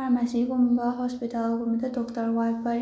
ꯐꯥꯔꯃꯥꯁꯤꯒꯨꯝꯕ ꯍꯣꯁꯄꯤꯇꯥꯜꯒꯨꯝꯕꯗ ꯗꯣꯛꯇꯔ ꯋꯥꯠꯄ